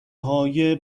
های